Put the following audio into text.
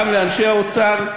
גם לאנשי האוצר,